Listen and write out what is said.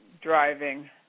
driving